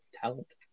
talent